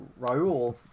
Raul